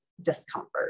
discomfort